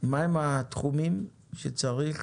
מה הם התחומים שצריך